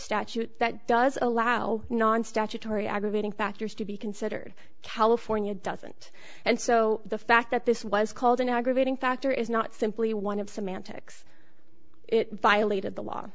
statute that does allow non statutory aggravating factors to be considered california doesn't and so the fact that this was called an aggravating factor is not simply one of semantics it violated the law